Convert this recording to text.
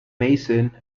mason